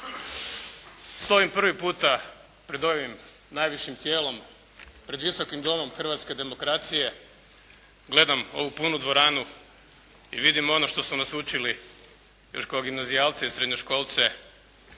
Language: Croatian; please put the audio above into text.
Stojim prvi puta pred ovim najvišim tijelom, pred Visokim domom hrvatske demokracije, gledam ovu punu dvoranu i vidim ono što su nas učili još kao gimnazijalce i srednjoškolce,